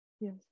Yes